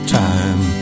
time